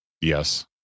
yes